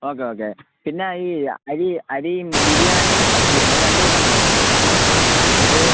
okay okay പിന്നെ ഈ അരി അരിയും ബിരിയാണിയും സദ്യയും അത് രണ്ട് കൂട്ടം വേണം അത്